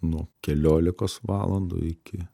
nuo keliolikos valandų iki